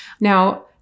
Now